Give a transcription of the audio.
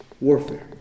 Warfare